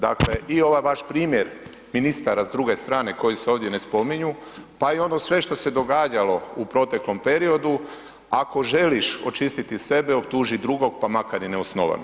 Dakle, i ovaj vaš primjer ministara s druge strane koji se ovdje ne spominju pa i ono sve što se događalo u proteklom periodu, ako želiš očistiti sebe, optuži drugog pa makar i neosnovano.